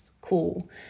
cool